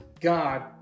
God